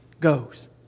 goes